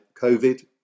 COVID